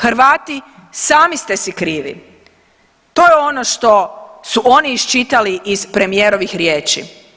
Hrvati sami ste si krivi, to je ono što su oni iščitali iz premijerovih riječi.